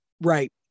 Right